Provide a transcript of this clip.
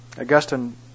Augustine